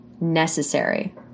necessary